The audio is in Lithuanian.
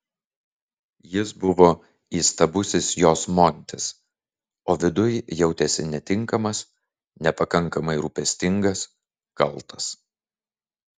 jis buvo įstabusis jos montis o viduj jautėsi netinkamas nepakankamai rūpestingas kaltas